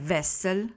Vessel